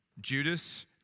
Judas